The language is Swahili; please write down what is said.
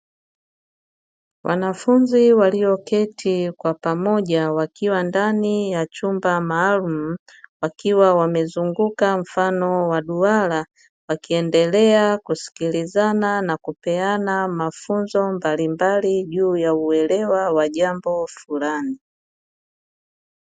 Wanafunzi walioketi kwa pamoja wakiwa ndani ya chumba maalumu wakiwa wamezunguka mfano wa duara, wakiendelea kusikilizana na kupeana mafunzo mbalimbali juu ya uelewa wa jambo fulani.